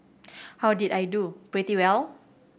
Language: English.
how did I do pretty well